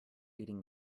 eating